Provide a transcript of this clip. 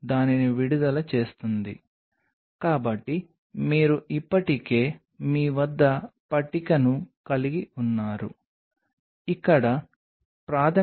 కాబట్టి ఈ లైసిన్ అవశేషాలు దానికి జోడించబడి ఉంటే ఇక్కడ బంధాలు మరియు మీరు ఈ Poly D లైసిన్ను మార్కెట్ నుండి కొనుగోలు చేస్తే మా వద్ద లైసిన్ గొలుసు ఉంటుంది